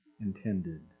intended